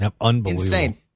Unbelievable